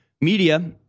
media